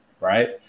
right